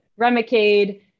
Remicade